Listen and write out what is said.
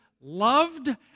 loved